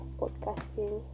podcasting